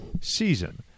season